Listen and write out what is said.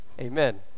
Amen